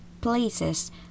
places